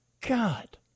God